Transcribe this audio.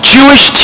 Jewish